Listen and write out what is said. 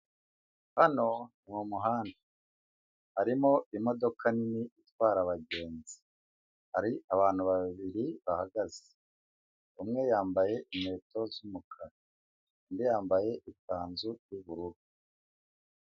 Hano mu muhanda harimo imodoka nini itwara abagenzi, hari abantu babiri bahagaze, umwe yambaye inkweto z'umukara, undi yambaye ikanzu y'ubururu.